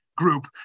group